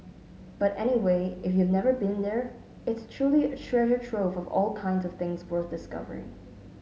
but anyway if you've never been there it's truly a treasure trove of all kinds of things worth discovering